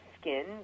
skin